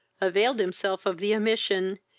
availed himself of the omission,